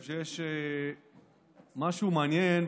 שיש משהו מעניין,